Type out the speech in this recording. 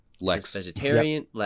vegetarian